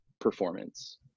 performance